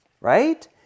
Right